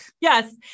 yes